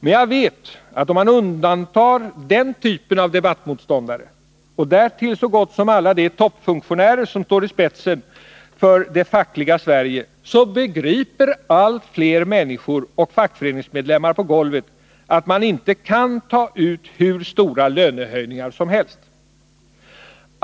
Men jag vet att om man undantar den typen av debattmotståndare och därtill så gott som alla de toppfunktionärer som står i spetsen för det fackliga Sverige, så begriper allt fler människor och fackföreningsmedlemmar på golvet att man inte kan ta ut hur stora lönehöjningar som helst.